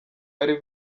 bari